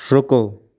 ਰੁਕੋ